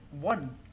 one